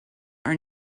are